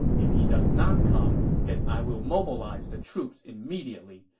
if he does not come, then i will mobilize the troops immediately,